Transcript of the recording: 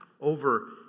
over